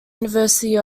university